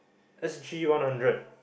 S G one hundred